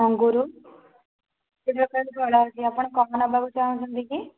ଅଙ୍ଗୁର ସବୁ ପ୍ରକାର ଫଳ ଅଛି ଆପଣ କଣ ନେବାକୁ ଚାହୁଁଛନ୍ତି କି